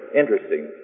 interesting